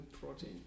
protein